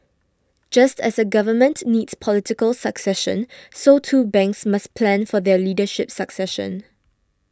just as a Government needs political succession so too banks must plan for their leadership succession